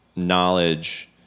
knowledge